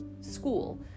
school